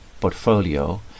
portfolio